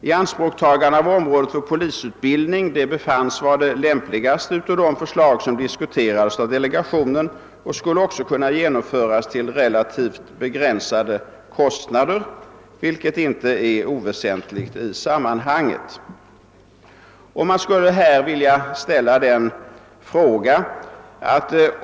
Ianspråkstagande av området för polisutbildning befanns vara det lämpligaste av de förslag som diskuterades av delegationen och skulle också kunna genomföras till relativt begränsade kostnader, vilket inte är oväsentligt i sammanhanget.